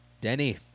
Denny